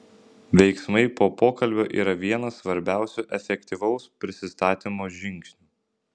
veiksmai po pokalbio yra vienas svarbiausių efektyvaus prisistatymo žingsnių